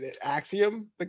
Axiom